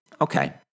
Okay